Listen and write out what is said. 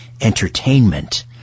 entertainment